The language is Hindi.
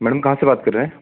मैडम कहाँ से बात कर रहे हैं